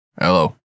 Hello